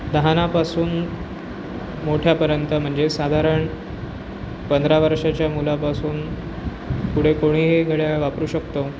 लहानापासून मोठ्यापर्यंत म्हणजे साधारण पंधरा वर्षांच्या मुलापासून पुढे कोणीही घड्याळ वापरू शकतो